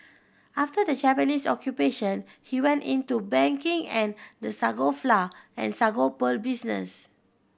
after the Japanese Occupation he went into banking and the sago flour and sago pearl business